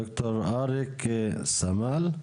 ד"ר אריק סמל,